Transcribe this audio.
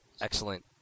Excellent